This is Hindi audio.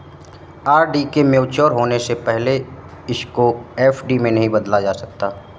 आर.डी के मेच्योर होने से पहले इसको एफ.डी में नहीं बदला जा सकता